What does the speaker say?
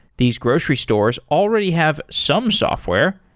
these grocery stores already have some software.